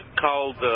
called